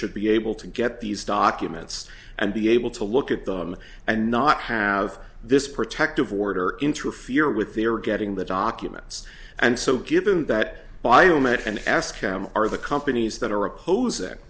should be able to get these documents and be able to look at them and not have this protective order interfere with their getting the documents and so given that biomed and ask them are the companies that are oppos